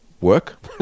work